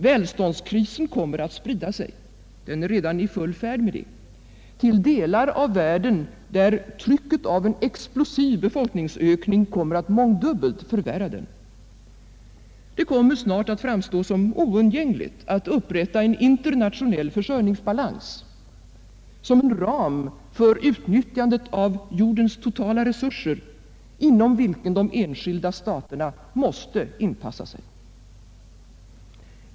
Välståndskrisen kommer att sprida sig — den är redan i full färd med det — till delar av världen, där trycket av en explosiv befolkningsökning kommer att mångdubbelt förvärra den. Det kommer snart att framstå som oundgängligt att upprätta en internationell försörjningsbalans som en ram för utnyttjandet av jordens totala resurser, en ram inom vilken de enskilda staterna måste inpassa sig.